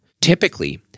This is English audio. Typically